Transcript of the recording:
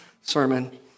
sermon